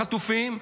החטופים,